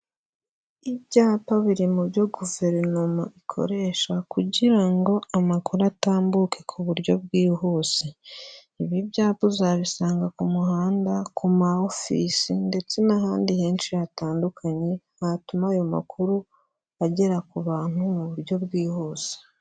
Ibyapa biri mu byo guverinoma ikoresha kugira ngo amakuru atambuke ku buryo bwihuse. Ibi byapa uzabisanga ku muhanda, ku ma ofisi ndetse n'ahandi henshi hatandukanye hatuma ayo makuru agera ku bantu mu buryo bwihuse.